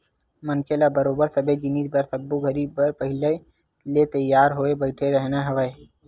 मनखे ल बरोबर सबे जिनिस बर सब्बो घरी बर पहिली ले तियार होय बइठे रहिना हवय